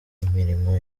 imirimo